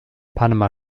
panama